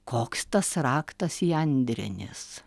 koks tas raktas jandrinis